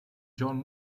john